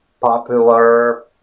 popular